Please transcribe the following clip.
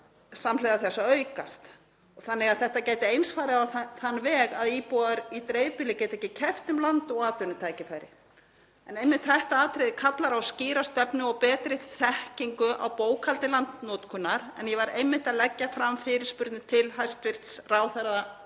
samhliða þessu að aukast þannig að þetta gæti eins farið á þann veg að íbúar í dreifbýli geti ekki keppt um land og atvinnutækifæri. Einmitt þetta atriði kallar á skýra stefnu og betri þekkingu á bókhaldi landnotkunar en ég var einmitt að leggja fram fyrirspurnir til hæstv. ráðherra